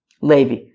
Levi